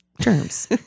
germs